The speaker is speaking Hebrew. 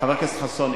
חבר הכנסת חסון,